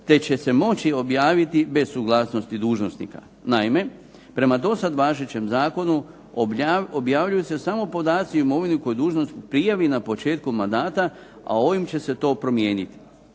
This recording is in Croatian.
te će se moći objaviti bez suglasnosti dužnosnika. Naime, prema dosad važećem zakonu objavljuju se samo podaci o imovini koje dužnosnik prijavi na početku mandata, a ovim će se to promijeniti.